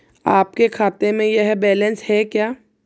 आपके खाते में यह बैलेंस है क्या?